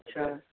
अच्छा